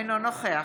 אינו נוכח